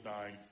dying